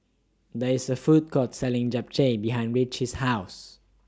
There IS A Food Court Selling Japchae behind Ritchie's House